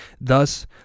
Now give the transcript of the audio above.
Thus